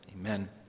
Amen